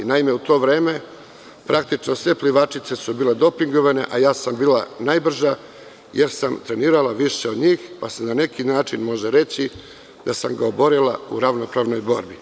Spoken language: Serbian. Naime, u to vreme praktično sve plivačice su bile dopingovane, a ja sam bila najbrža, jer sam trenirala više od njih, pa se na neki način može reći da sam ga oborila u ravnopravnoj borbi.